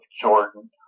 Jordan